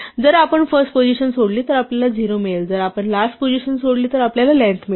जर आपण first position सोडली तर आपल्याला 0 मिळेल जर आपण लास्ट पोझिशन सोडली तर आपल्याला लेंग्थ मिळेल